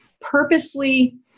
purposely